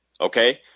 Okay